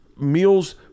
meals